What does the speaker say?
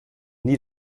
nie